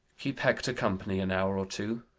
keep hector company an hour or two.